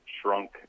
shrunk